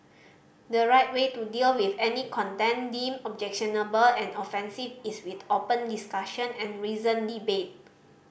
the right way to deal with any content deemed objectionable and offensive is with open discussion and reasoned debate